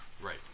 Right